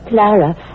Clara